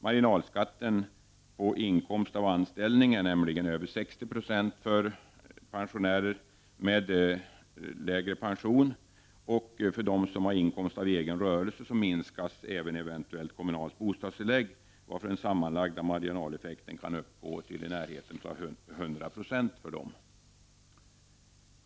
Marginalskatten på inkomst av anställning är nämligen över 60 Z6 för pensionärer med lägre pension, och har de inkomst av egen rörelse minskas även eventuellt kommunalt bostadstillägg, varför den sammanlagda marginaleffekten kan uppgå till i närheten av 100 96.